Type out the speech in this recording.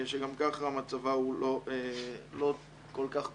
שגם ככה מצבה הוא לא כל כך פשוט?